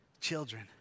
children